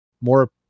more